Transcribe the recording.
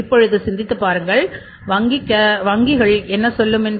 இப்பொழுது சிந்தித்துப் பாருங்கள் வங்கிகள் என்ன சொல்லும் என்று